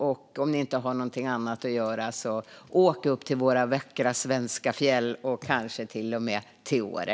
Om ni inte har något annat att göra, åk upp till våra vackra svenska fjäll och kanske till och med till Åre!